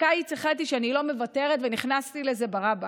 בקיץ החלטתי שאני לא מוותרת ונכנסתי לזה ברבאק.